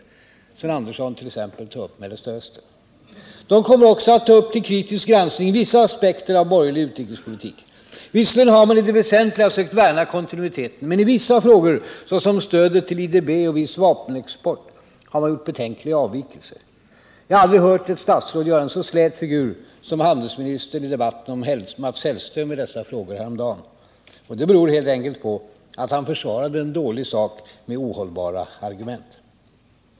Sven Andersson i Stockholm kommer t.ex. att ta upp utvecklingen i Mellanöstern. De kommer också att ta upp till kritisk granskning vissa aspekter av borgerlig utrikespolitik. Visserligen har man i det väsentliga försökt värna kontinuiteten, men i vissa frågor, såsom stödet till IDB och viss vapenexport, har man gjort betänkliga avvikelser. Jag har aldrig hört ett statsråd göra en så slät figur som handelsministern i debatten mot Mats Hellström i dessa frågor häromdagen. Det beror helt enkelt på att han försvarade en dålig sak med ohållbara argument.